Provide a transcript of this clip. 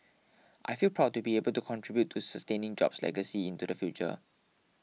I feel proud to be able to contribute to sustaining Job's legacy into the future